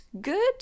good